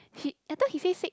he I thought he say six